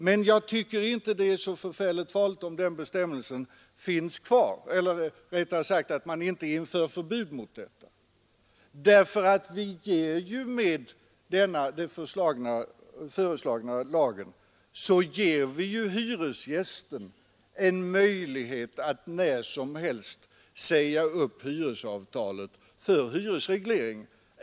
Men jag tycker inte att det är så förfärligt farligt att låta bli att införa förbud mot indexklausuler. Med den föreslagna lagen ger vi ju hyresgästen en möjlighet att när som helst säga upp hyresavtalet för hyresreglering.